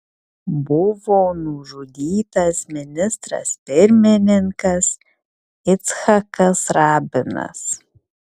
buvo nužudytas ministras pirmininkas icchakas rabinas